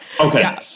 okay